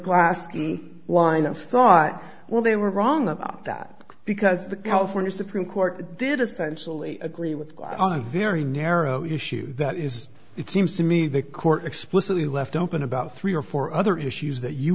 glasgow line of thought well they were wrong about that because the california supreme court did essentially agree with very narrow issue that is it seems to me the court explicitly left open about three or four other issues that you